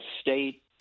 state